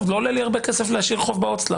שזה לא עולה לי הרבה כסף להשאיר חוב בהוצל"פ.